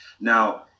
Now-